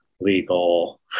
legal